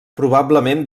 probablement